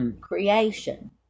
Creation